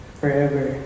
forever